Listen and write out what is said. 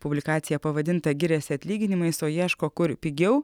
publikaciją pavadintą giriasi atlyginimais o ieško kur pigiau